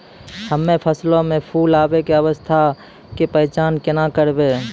हम्मे फसलो मे फूल आबै के अवस्था के पहचान केना करबै?